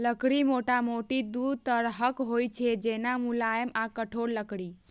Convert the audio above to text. लकड़ी मोटामोटी दू तरहक होइ छै, जेना, मुलायम आ कठोर लकड़ी